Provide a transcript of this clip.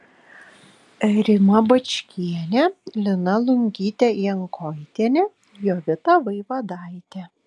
rima bačkienė lina lungytė jankoitienė jovita vaivadaitė